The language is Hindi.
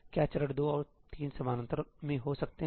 क्या चरण 2 और 3 समानांतर में हो सकते हैं